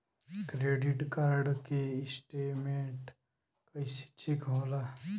Credit card के statement कइसे check होला?